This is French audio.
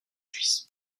suisse